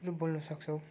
लु बोल्नुसक्छौँ